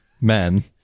men